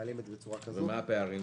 מה הפערים?